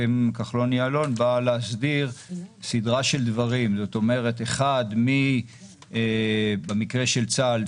כחלון-יעלון בא להסדיר סדרה של דברים במקרה של צה"ל,